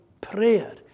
prayer